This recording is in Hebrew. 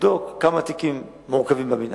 לבדוק כמה תיקים מעוכבים במינהל,